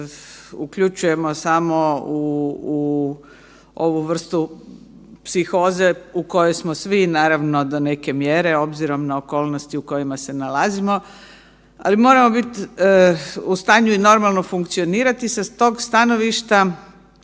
uključujemo samo u ovu vrstu psihoze u kojoj smo svi naravno do neke mjere obzirom na okolnosti u kojima se nalazimo. Ali moramo biti u stanju normalno funkcionirati sa tog stanovišta,